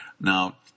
Now